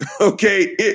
Okay